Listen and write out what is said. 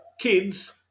kids